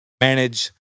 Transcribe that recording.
manage